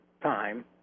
time